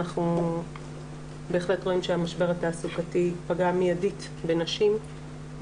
אנחנו בהחלט רואים שהמשבר התעסוקתי פגע מיידית בנשים,